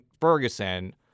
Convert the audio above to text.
Ferguson